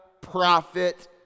prophet